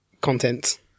content